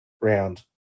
round